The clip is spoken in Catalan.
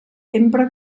empra